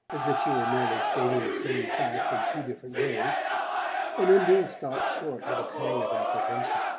as if she were merely stating the same fact in two different ways and undine stopped short with a pang of apprehension.